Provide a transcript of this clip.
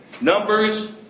Numbers